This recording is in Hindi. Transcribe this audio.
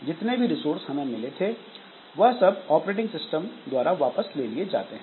जितने भी रिसोर्स हमें मिले थे वह सब ऑपरेटिंग सिस्टम द्वारा वापस ले लिए जाते हैं